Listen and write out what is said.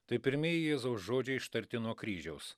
tai pirmieji jėzaus žodžiai ištarti nuo kryžiaus